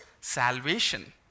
salvation